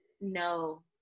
No